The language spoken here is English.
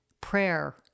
Prayer